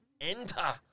enter